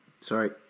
sorry